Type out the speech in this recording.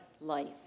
life